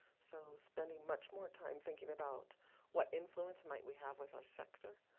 so spending much more time thinking about what influence might we have with our sector,